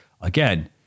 Again